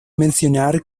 mencionar